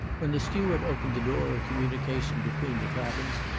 when the steward opened the door of communication between the cabins,